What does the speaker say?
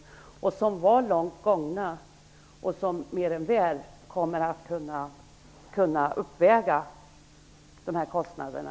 Förslagen till åtgärder var långt gångna och skulle mer än väl kunna uppväga kostnaderna.